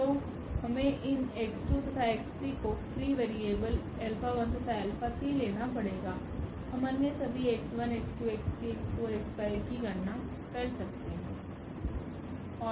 तो हमें इन तथा को फ्री वेरिएबल तथा लेना पड़ेगा हम अन्य सभी की गणना कर सकते हैं